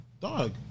dog